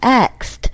asked